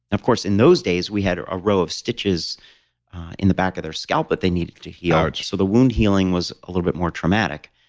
of course, in those days we had a row of stitches in the back of their scalp that they needed to heal ouch so the wound healing was a little bit more traumatic.